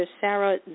Sarah